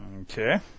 Okay